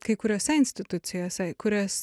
kai kuriose institucijose kurios